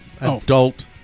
adult